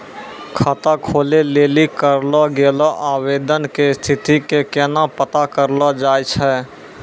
खाता खोलै लेली करलो गेलो आवेदन के स्थिति के केना पता करलो जाय छै?